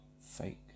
fake